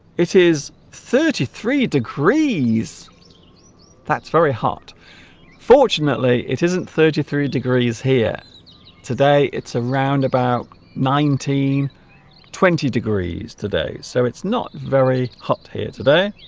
it is thirty three degrees that's very hot fortunately it isn't thirty three degrees here today it's around about nineteen twenty degrees today so it's not very hot here today